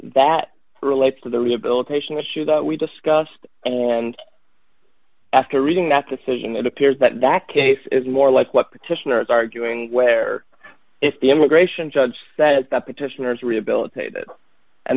that relates to the rehabilitation issue that we discussed and after reading that decision it appears that that case is more like what petitioner is arguing where if the immigration judge says the petitioners rehabilitated and